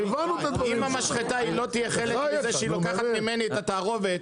אם המשחטה לא תהיה חלק מזה שהיא לוקחת ממני את התערובת,